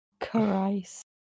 Christ